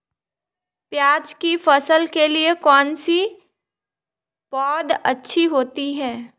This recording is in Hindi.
प्याज़ की फसल के लिए कौनसी पौद अच्छी होती है?